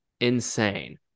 insane